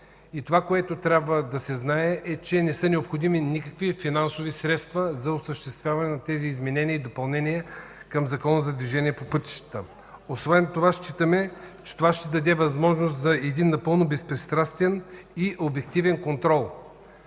Това, което трябва да се знае, е, че не са необходими никакви финансови средства за осъществяване на тези изменения и допълнения към Закона за движението по пътищата. Считаме, че това ще даде възможност за един напълно безпристрастен и обективен контрол.